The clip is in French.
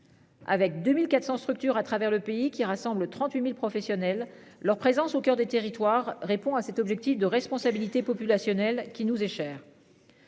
Avec 2400 structures à travers le pays, qui rassemble 38.000 professionnels, leur présence au coeur des territoires répond à cet objectif de responsabilité populationnelle qui nous est cher.